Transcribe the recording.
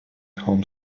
home